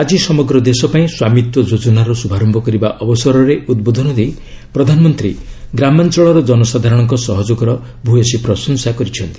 ଆଜି ସମଗ୍ର ଦେଶପାଇଁ ସ୍ୱାମିତ୍ୱ ଯୋଜନାର ଶୁଭାରମ୍ଭ କରିବା ଅବସରରେ ଉଦ୍ବୋଧନ ଦେଇ ପ୍ରଧାନମନ୍ତ୍ରୀ ଗ୍ରାମାଞ୍ଚଳର ଜନସାଧାରଣଙ୍କ ସହଯୋଗର ଭ୍ୟସୀ ପ୍ରଶଂସା କରିଛନ୍ତି